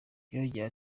yongeyeho